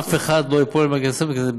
אף אחד לא ייפול בין הכיסאות.